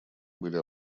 были